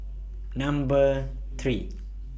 Number three